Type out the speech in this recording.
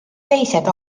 teised